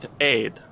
aid